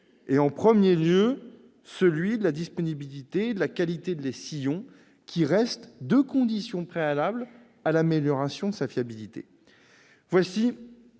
en premier lieu, celui de la disponibilité et de la qualité des sillons, qui restent deux conditions préalables à l'amélioration de sa fiabilité.